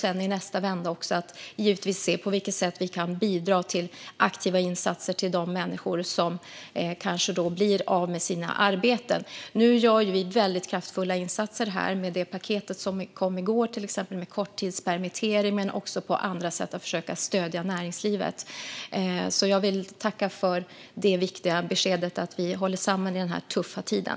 I nästa vända handlar det givetvis om att se på vilket sätt vi kan bidra till aktiva insatser till de människor som kanske blir av med sina arbeten. Nu gör vi väldigt kraftfulla insatser med det paket som kom i går med till exempel korttidspermittering och också med andra sätt att försöka stödja näringslivet. Jag vill tacka för det viktiga beskedet att vi håller samman i den här tuffa tiden.